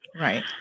Right